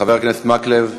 חבר הכנסת מקלב,